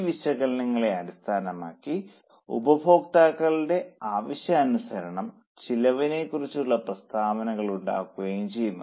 ഈ വിശകലനങ്ങളെ ആസ്പദമാക്കി ഉപയോക്താക്കളുടെ ആവശ്യാനുസരണം ചെലവിനെകുറിച്ചുള്ള പ്രസ്താവനകൾ ഉണ്ടാക്കുകയും ചെയ്യുന്നു